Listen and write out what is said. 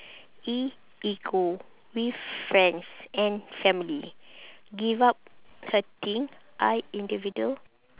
E ego with friends and family give up hurting I individual